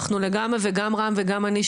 אנחנו לגמרי גם רם וגם אני,